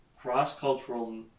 cross-cultural